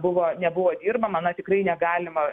buvo nebuvo dirbama na tikrai negalima